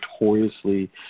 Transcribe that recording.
notoriously